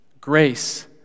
grace